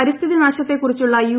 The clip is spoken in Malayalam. പരിസ്ഥിതി നാശത്തെ കുറിച്ചുള്ള യു